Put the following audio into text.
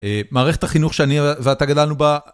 מערכת החינוך שאני ואתה גדלנו בה.